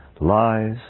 lies